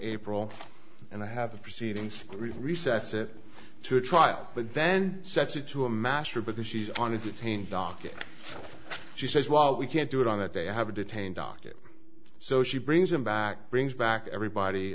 april and i have the proceedings resets it to a trial but then sets it to a master because she's on a detained docket she says well we can't do it on that they have to detain docket so she brings them back brings back everybody